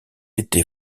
été